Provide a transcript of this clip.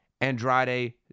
Andrade